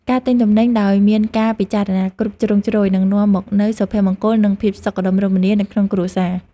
ការទិញទំនិញដោយមានការពិចារណាគ្រប់ជ្រុងជ្រោយនឹងនាំមកនូវសុភមង្គលនិងភាពសុខដុមរមនានៅក្នុងគ្រួសារ។